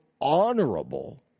honorable